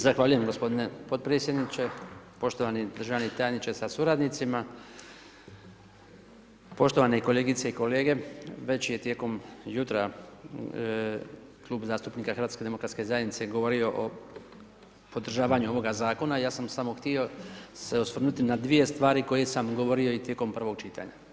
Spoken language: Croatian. Zahvaljujem gospodine podpredsjedniče, poštovani državni tajniče sa suradnicima, poštovane kolegice i kolege, već je tijekom jutra klub zastupnika HDZ-a govorio o podržavanju ovoga Zakona, ja sam samo htio se osvrnuti na dvije stvari koje sam govorio i tijekom prvog čitanja.